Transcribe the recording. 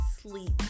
sleep